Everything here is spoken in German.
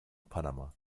panama